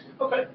okay